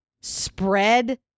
spread